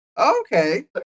okay